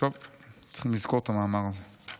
צריך לזכור את המאמר הזה.